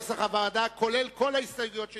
כנוסח הוועדה, עם כל ההסתייגויות שנתקבלו?